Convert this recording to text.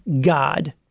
God